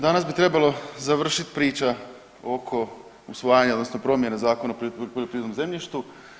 Danas bi trebalo završiti priča oko usvajanja, odnosno promjene Zakona o poljoprivrednom zemljištu.